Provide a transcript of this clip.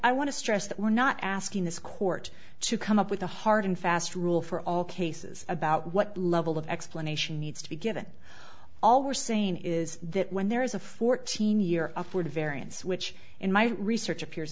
i want to stress that we're not asking this court to come up with a hard and fast rule for all cases about what level of explanation needs to be given all we're saying is that when there is a fourteen year upward variance which in my research appears